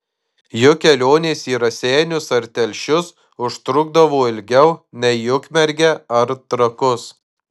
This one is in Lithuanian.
juk kelionės į raseinius ar telšius užtrukdavo ilgiau nei į ukmergę ar trakus